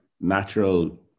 natural